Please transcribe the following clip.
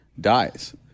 dies